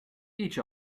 each